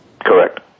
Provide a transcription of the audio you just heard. Correct